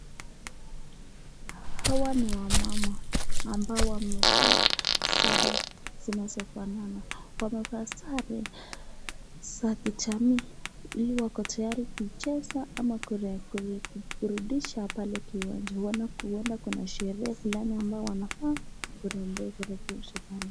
Hawa ni wamama ambao wamevaa sare zinazofanana wamevaa sare za kijamii, wako tayari kucheza ama kurudushi pale kiwanja, huwenda kuna sherehe ambao wanafaa kurudhisaha pale.